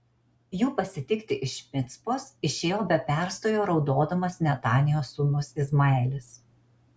jų pasitikti iš micpos išėjo be perstojo raudodamas netanijos sūnus izmaelis